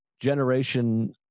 generation